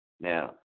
Now